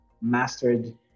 mastered